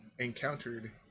Encountered